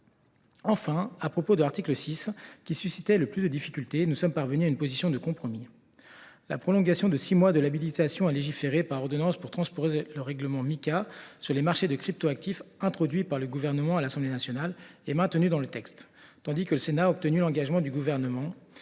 Enfin, à propos de l’article 6, qui suscitait le plus de difficultés, nous sommes parvenus à une position de compromis. La prolongation de six mois de l’habilitation à légiférer par ordonnance pour transposer le règlement Mica () sur les marchés de crypto actifs, introduite par le Gouvernement à l’Assemblée nationale, est maintenue dans ce texte. Le Gouvernement souhaitait